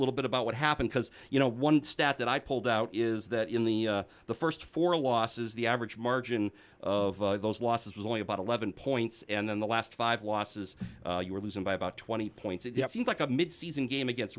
little bit about what happened because you know one stat that i pulled out is that in the first four losses the average margin of those losses was only about eleven points and then the last five losses you were losing by about twenty points it seemed like a mid season game against